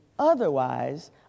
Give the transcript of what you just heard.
otherwise